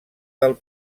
del